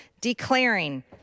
declaring